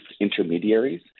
intermediaries